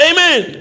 Amen